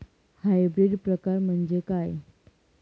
Hybrid प्रकार म्हणजे काय?